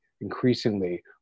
increasingly